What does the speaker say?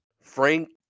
Frank